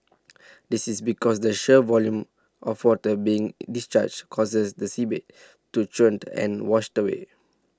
this is because the sheer volume of water being discharged causes the seabed to churned and washed away